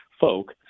folk